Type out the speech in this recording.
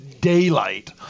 daylight